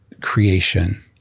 creation